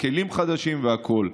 כלים חדשים והכול.